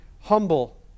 humble